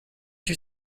you